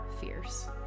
fierce